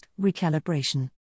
recalibration